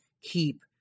keep